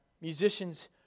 musicians